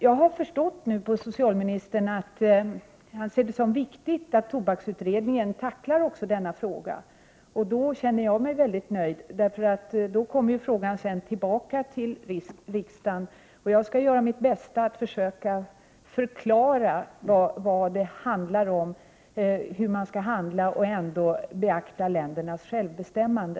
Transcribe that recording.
Jag har nu förstått att socialministern ser det som viktigt att tobaksutredningen tacklar också denna fråga. Då känner jag mig mycket nöjd, för då kommer ju frågan sedan tillbaka till riksdagen. Jag skall göra mitt bästa för att försöka förklara vad det handlar om, hur man skall handla och ändå beakta ländernas självbestämmande.